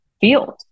field